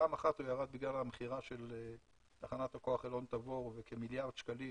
פעם אחת הוא ירד בגלל המכירה של תחנת הכוח אלון תבור בכמיליארד שקלים